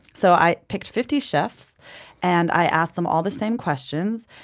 so i picked fifty chefs and i asked them all the same questions.